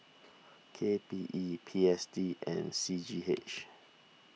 K P E P S D and C G H